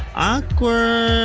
awkward.